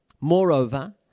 Moreover